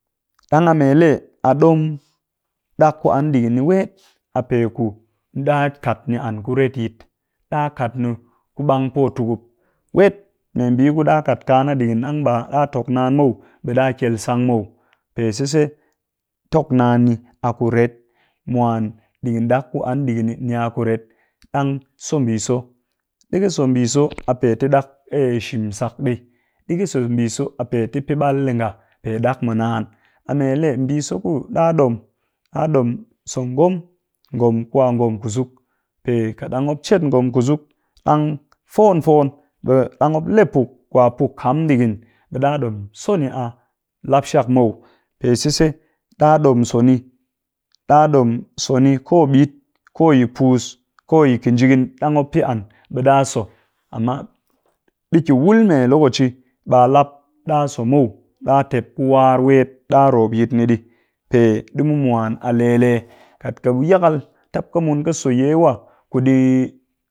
Ɗang a mee lee a ɗom ɗak ku an ɗigin ni wet, a pe ku ɗa kat ni an ku retyit, ɗa kat ni ku ɓang potukup, wet mee mbii ku ɗa kat kaa na ɗigin ɗang ɓa ɗa tok naan muw, ɓe ɗa kyel sang muw. Pe sise tok naan ni, a kuret mwan ɗigin dak ku an ɗigin ni a kuret ɗang so mbii so, ɗi ƙɨ so mbii so a pe tɨ ɗak eee shimsak ɗii, ɗi ƙɨ so mbii so a pe tɨ pɨ ɓal ɗii nga pe ɗak mɨ naan, a mee lee mbii so ku ɗa ɗom ɗa ɗom so ngom ngom ku a ngom kusuk, pe kat ɗang mop cet ngom kusuk ɗang fon fon ɓe dang mop le a puk kwa puk kam ɗigin, be ɗom so ni a lap shak muw. Pe sise, ɗa ɗom so ni ɗa ɗom so ni ko a ɓit, ko yi puus, ko yi ƙinjigin ɗang mop pɨ an ɓe ɗa so. Amma ɗi ki wul mee locaci ɓa lap ɗa so muw, ɗa tep ku war wet ɗarop yit ni pe ɗi mu mwan a le le. Kat ƙɨ yakal tap ƙɨ mun ƙɨ so yawa ku ɗi.